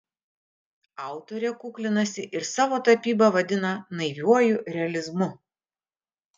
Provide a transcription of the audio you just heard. autorė kuklinasi ir savo tapybą vadina naiviuoju realizmu